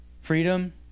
Freedom